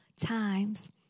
times